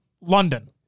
London